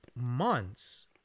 months